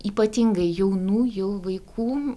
ypatingai jaunų jau vaikų